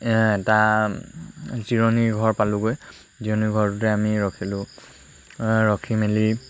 এটা জিৰণি ঘৰ পালোঁগৈ জিৰণি ঘৰটোতে আমি ৰখিলোঁ ৰখি মেলি